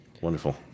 Wonderful